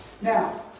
Now